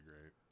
great